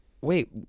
wait